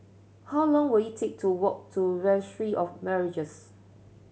how long will it take to walk to Registry of Marriages